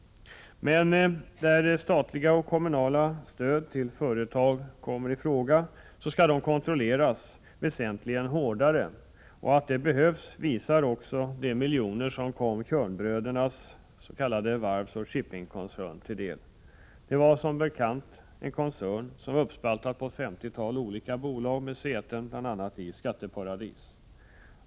Men där statligt eller kommunalt stöd till företag kommer i fråga skall detta kontrolleras väsentligt hårdare än nu. Att detta behövs visar också de miljoner som kom Tjörnbrödernas s.k. varvsoch shippingkoncern till del. Denna var som bekant uppspaltad på ett femtiotal olika bolag, bl.a. med säte i s.k. skatteparadis.